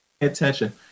attention